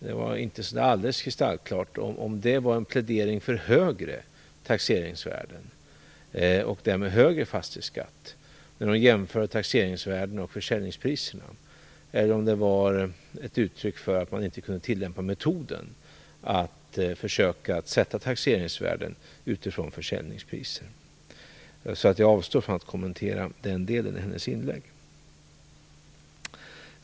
Det var inte alldeles kristallklart om det var en plädering för högre taxeringsvärden och därmed högre fastighetsskatt när hon jämförde taxeringsvärden och försäljningspris, eller om det var ett uttryck för att man inte kunde tillämpa metoden att försöka att sätta taxeringsvärden utifrån försäljningspriser. Jag avstår ifrån att kommentera den delen av hennes inlägg.